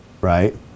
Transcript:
right